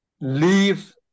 leave